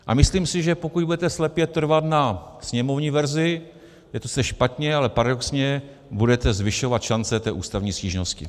A myslím si, že pokud budete slepě trvat na sněmovní verzi, že sice špatně, ale paradoxně budete zvyšovat šance ústavní stížnosti.